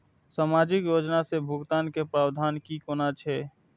सामाजिक योजना से भुगतान के प्रावधान की कोना छै?